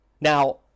Now